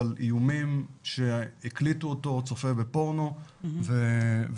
אבל איומים שהקליטו אותו צופה בפורנו וצריך